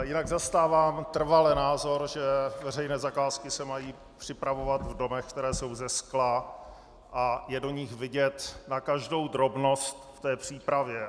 Jinak zastávám trvale názor, že veřejné zakázky se mají připravovat v domech, které jsou ze skla a je do nich vidět na každou drobnost v té přípravě.